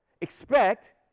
expect